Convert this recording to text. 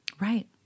Right